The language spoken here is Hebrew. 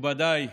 מכובדיי השרים,